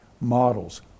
models